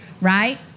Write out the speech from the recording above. right